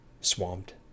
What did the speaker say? swamped